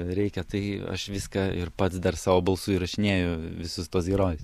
reikia tai aš viską ir pats dar savo balsu įrašinėju visus tuos herojus